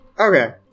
Okay